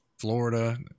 Florida